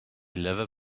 liver